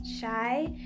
shy